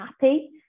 happy